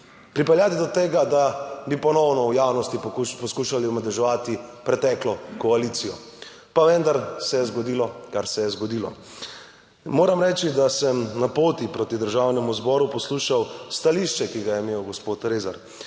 pripeljati do tega, da bi ponovno v javnosti poskušali omadeževati preteklo koalicijo, pa vendar se je zgodilo, kar se je zgodilo. Moram reči, da sem na poti proti Državnemu zboru poslušal stališče, ki ga je imel gospod Rezar.